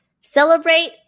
celebrate